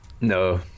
No